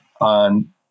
on